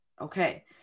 okay